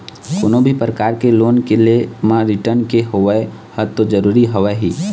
कोनो भी परकार के लोन के ले म रिर्टन के होवई ह तो जरुरी हवय ही